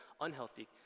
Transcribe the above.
unhealthy